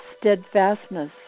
steadfastness